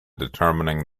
determining